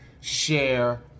share